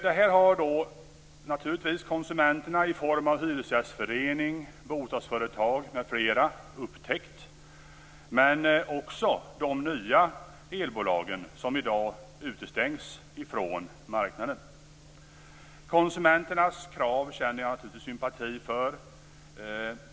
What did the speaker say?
Det här har naturligtvis konsumenterna i form av Hyresgästföreningen, bostadsföretag m.fl. upptäckt, men också de nya elbolagen, som i dag utestängs från marknaden. Konsumenternas krav känner jag naturligtvis sympati för.